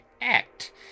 act